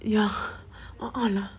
ya orh orh lah